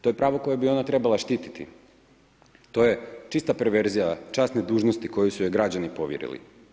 To je pravo koje bi ona trebala štititi, to je čista perverzija časne dužnosti koju su joj građani povjerili.